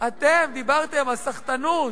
אתם דיברתם על סחטנות.